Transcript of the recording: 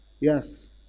Yes